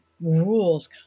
rules